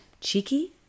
Cheeky